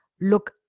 look